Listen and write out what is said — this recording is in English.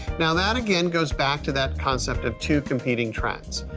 now that again goes back to that concept of two competing trends.